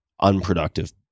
unproductive